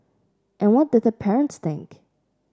and what did their parents think